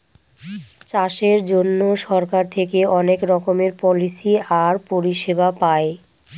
চাষের জন্য সরকার থেকে অনেক রকমের পলিসি আর পরিষেবা পায়